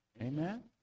Amen